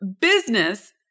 business